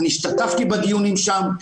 אני השתתפתי בדיונים שם,